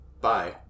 bye